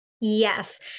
Yes